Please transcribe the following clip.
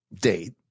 date